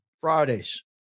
Fridays